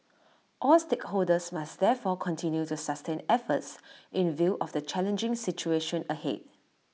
all stakeholders must therefore continue to sustain efforts in view of the challenging situation ahead